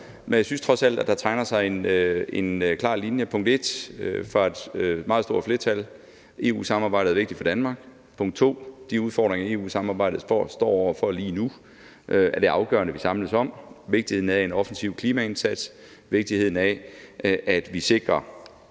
men jeg synes trods alt, at der tegner sig en klar linje hos et meget stort flertal: Punkt 1: EU-samarbejdet er vigtigt for Danmark. Punkt 2: De udfordringer, EU-samarbejdet står over for lige nu, er det afgørende vi samles om; vigtigheden af en offensiv klimaindsats; vigtigheden af, at vi sikrer,